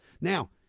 Now